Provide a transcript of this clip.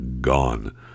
gone